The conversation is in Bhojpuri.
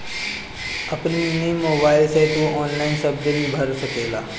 अपनी मोबाइल से तू ऑनलाइन सब बिल भर सकेला